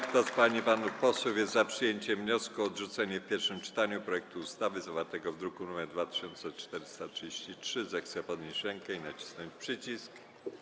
Kto z pań i panów posłów jest za przyjęciem wniosku o odrzucenie w pierwszym czytaniu projektu ustawy zawartego w druku nr 2433, zechce podnieść rękę i nacisnąć przycisk.